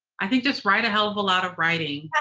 i think just write a hell of a lot of writing.